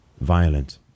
violent